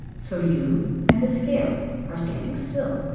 so you and the scale are standing still.